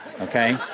okay